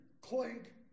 clink